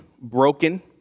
broken